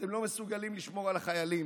אתם לא מסוגלים לשמור על החיילים.